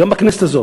גם בכנסת הזאת,